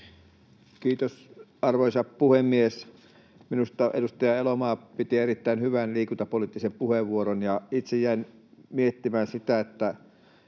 Kiitos, arvoisa puhemies! Minusta edustaja Elomaa piti erittäin hyvän liikuntapoliittisen puheenvuoron, ja itse jäin miettimään sitä, missä